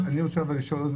אני רוצה לשאול,